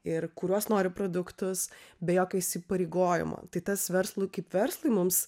ir kuriuos nori produktus be jokio įsipareigojimo tai tas verslui kaip verslui mums